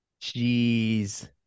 jeez